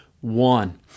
one